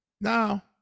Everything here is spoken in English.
Now